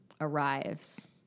arrives